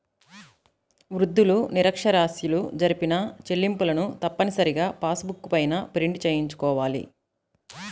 వృద్ధులు, నిరక్ష్యరాస్యులు జరిపిన చెల్లింపులను తప్పనిసరిగా పాస్ బుక్ పైన ప్రింట్ చేయించుకోవాలి